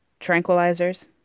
tranquilizers